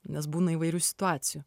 nes būna įvairių situacijų